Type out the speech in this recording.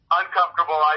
uncomfortable